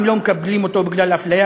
אם לא מקבלים אותו בגלל אפליה,